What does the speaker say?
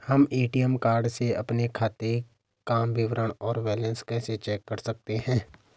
हम ATM card से अपने खाते काम विवरण और बैलेंस कैसे चेक कर सकते हैं?